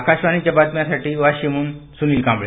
आकाशवाणीच्या बातम्यांसाठी वाशीमहून सुनील कांबळे